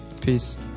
Peace